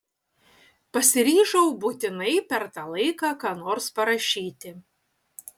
pasiryžau būtinai per tą laiką ką nors parašyti